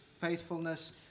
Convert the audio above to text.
faithfulness